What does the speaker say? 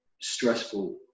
stressful